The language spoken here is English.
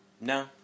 No